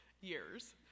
years